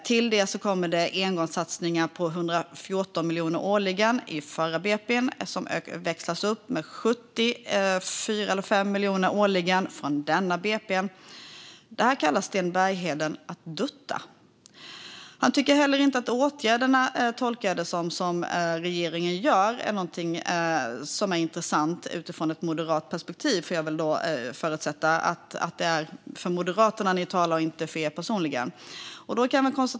Till det kommer engångssatsningar, på 114 miljoner årligen i förra budgetpropositionen, som växlas upp med 74 eller 75 miljoner årligen från denna budgetproposition. Det kallar Sten Bergheden för att dutta. Jag tolkar det som att han inte heller tycker att åtgärderna som regeringen gör är intressanta, utifrån ett moderat perspektiv. Jag förutsätter nämligen att det är för Moderaterna ni talar och inte för er personligen.